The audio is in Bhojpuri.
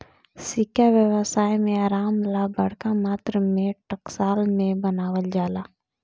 सिक्का व्यवसाय में आराम ला बरका मात्रा में टकसाल में बनावल जाला